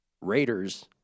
Raiders